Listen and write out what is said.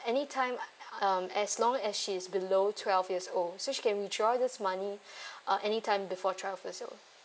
any time um as long as she's below twelve years old so she can withdraw this money uh any time before twelve years old